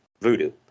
voodoo